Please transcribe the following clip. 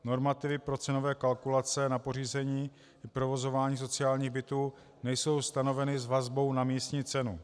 Normativy pro cenové kalkulace na pořízení a provozování sociálních bytů nejsou stanoveny s vazbou na místní cenu.